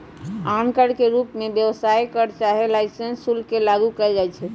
आन कर के रूप में व्यवसाय कर चाहे लाइसेंस शुल्क के लागू कएल जाइछै